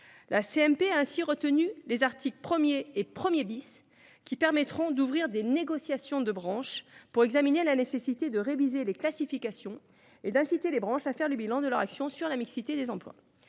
paritaire a retenu les articles 1 et 1 , qui prévoient d’ouvrir des négociations de branche pour examiner la nécessité de réviser les classifications et d’inciter les branches à faire le bilan de leur action sur la mixité des emplois.